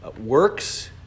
works